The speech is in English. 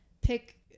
pick